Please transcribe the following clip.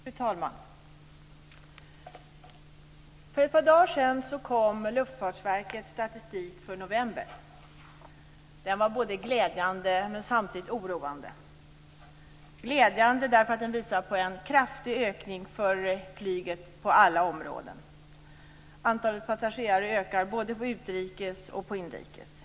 Fru talman! För ett par dagar sedan kom Luftfartverkets statistik för november. Den var glädjande men samtidigt oroande. Den var glädjande därför att den visar på en kraftig ökning för flyget på alla områden. Antalet passagerare ökar både på utrikesflyget och på inrikesflyget.